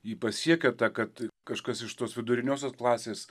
jį pasiekė ta kad kažkas iš tos viduriniosios klasės